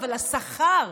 אבל השכר,